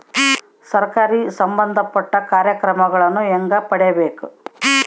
ಸರಕಾರಿ ಸಂಬಂಧಪಟ್ಟ ಕಾರ್ಯಕ್ರಮಗಳನ್ನು ಹೆಂಗ ಪಡ್ಕೊಬೇಕು?